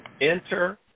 Enter